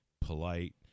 polite